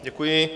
Děkuji.